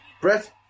Brett